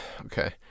Okay